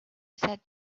said